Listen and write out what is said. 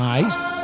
Nice